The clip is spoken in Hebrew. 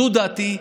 זו דעתי.